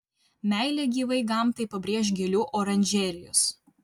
meilę gyvai gamtai pabrėš gėlių oranžerijos